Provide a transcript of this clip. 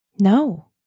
No